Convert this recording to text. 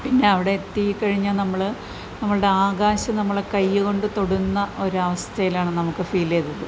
പിന്നെ അവിടെ എത്തിക്കഴിഞ്ഞ് നമ്മൾ നമ്മുടെ ആകാശം നമ്മൾ കൈ കൊണ്ട് തൊടുന്ന ഒരു അവസ്ഥയിൽ ആണ് നമുക്ക് ഫീൽ ചെയ്തത്